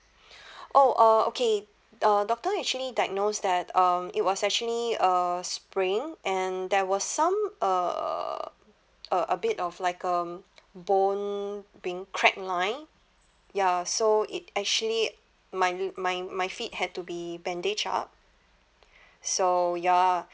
oh uh okay uh doctor actually diagnosed that um it was actually uh spring and there was some uh a a bit of like um bone being crack line ya so it actually my my my feet had to be bandage up so ya